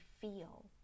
feel